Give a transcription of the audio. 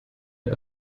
der